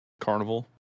carnival